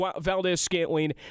Valdez-Scantling